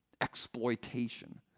exploitation